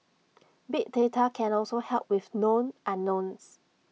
big data can also help with known unknowns